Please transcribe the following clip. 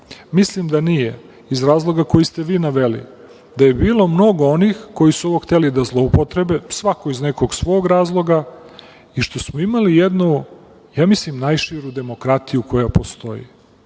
Mislim da nije iz razloga koji ste vi naveli, da je bilo mnogo onih koji su ovo hteli da zloupotrebe, svako iz nekog svog razloga, i što smo imali jednu, ja mislim, najširu demokratiju koja postoji,